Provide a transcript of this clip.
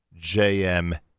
JM